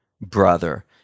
brother